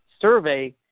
survey